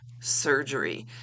surgery